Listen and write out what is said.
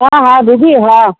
हा हा दीदी हा